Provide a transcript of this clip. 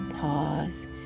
pause